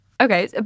Okay